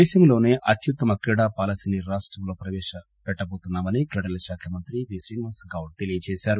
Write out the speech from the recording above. దేశంలోసే అత్యుత్తమ క్రీడా పాలసీని రాష్టంలో ప్రవేశపెట్టబోతున్నా మని క్రీడల శాఖ మంత్రి శ్రీనివాస్ గౌడ్ తెలియచేశారు